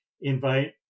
invite